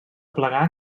aplegar